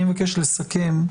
אני מבקש לסכם.